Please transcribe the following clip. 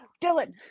Dylan